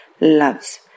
loves